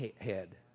head